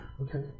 Okay